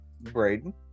Braden